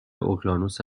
اقیانوس